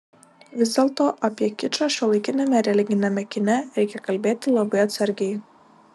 vis dėlto apie kičą šiuolaikiniame religiniame kine reikia kalbėti labai atsargiai